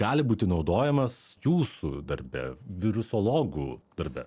gali būti naudojamas jūsų darbe virusologų darbe